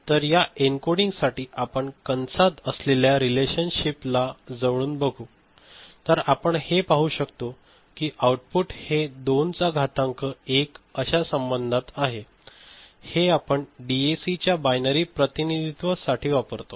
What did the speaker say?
तर या एन्कोडिंग साठी आपण कंसात असलेल्या रेलशनशिप ला जवळून बघू तर आपण हे पाहू शकतो कि आउटपुट हे २ चा घातांक 1 अश्या संबंधात आहे हे आपण डी ए सी च्या बायनरी प्रतिनिधीत्व साठीवापरतो